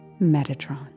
Metatron